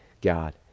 God